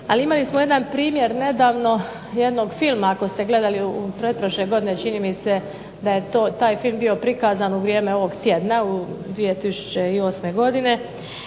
Ali imali smo jedan primjer nedavno, jednog filma ako ste gledali pretprošle godine čini mi se da je to, taj film bio prikazan u vrijeme ovog tjedna 2008. godine,